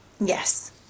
Yes